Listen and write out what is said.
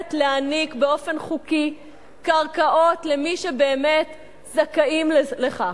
חייבת להעניק באופן חוקי קרקעות למי שבאמת זכאים לכך,